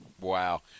Wow